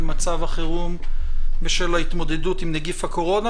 מצב החירום בשל ההתמודדות עם נגיף הקורונה.